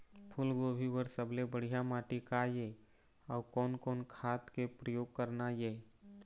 फूलगोभी बर सबले बढ़िया माटी का ये? अउ कोन कोन खाद के प्रयोग करना ये?